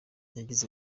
yagize